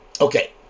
Okay